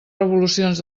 revolucions